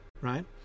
right